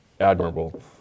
admirable